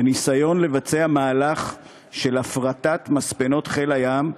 וניסיון לבצע מהלך של הפרטת מספנות חיל הים,